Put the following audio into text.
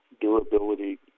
durability